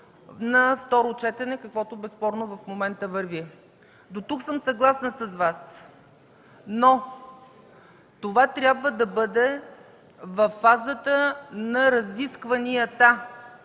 на второ четене, каквото безспорно в момента върви, дотук съм съгласна с Вас. Това обаче трябва да бъде във фазата на разискванията,